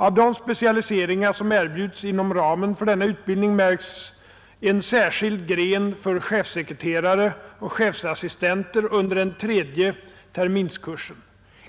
Av de specialiseringar som erbjuds inom ramen för denna utbildning märks en särskild gren för chefssekreterare och chefsassistenter under den tredje terminskursen.